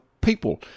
people